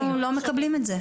אנחנו לא מקבלים את זה.